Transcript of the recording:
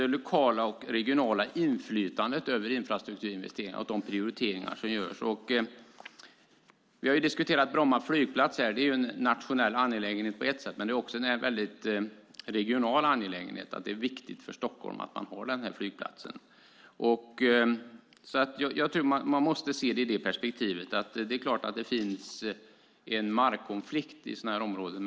Det lokala och regionala inflytandet över infrastrukturinvesteringarna och de prioriteringar som görs är också viktiga. Vi har diskuterat Bromma flygplats. Det är en nationell, men också regional angelägenhet. Det är viktigt för Stockholm att man har den flygplatsen. Det finns naturligtvis en markkonflikt i sådana här områden.